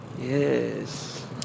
Yes